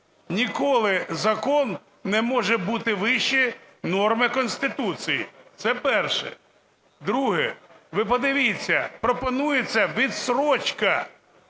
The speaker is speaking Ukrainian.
Ніколи закон не може бути вище норми Конституції. Це перше. Друге. Ви подивіться, пропонується відстрочка.